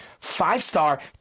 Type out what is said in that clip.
five-star